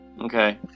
Okay